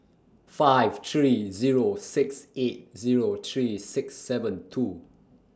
five three Zero six eight Zero three six seven two